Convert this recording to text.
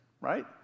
right